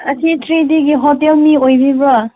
ꯑꯁꯤ ꯊ꯭ꯔꯤ ꯗꯤꯒꯤ ꯍꯣꯇꯦꯜ ꯃꯤ ꯑꯣꯏꯕꯤꯕ꯭ꯔꯣ